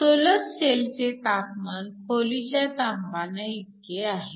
solar सेलचे तापमान खोलीच्या तापमानाइतके आहे